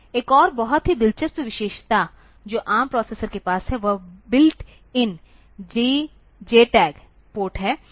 एक और बहुत ही दिलचस्प विशेषता जो ARM प्रोसेसर के पास है वह बिल्ट इन JTAG पोर्ट है